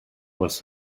was